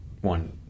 one